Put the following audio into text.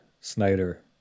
Snyder